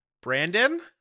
Brandon